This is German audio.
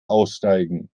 aussteigen